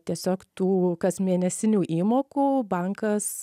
tiesiog tų kasmėnesinių įmokų bankas